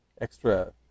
extra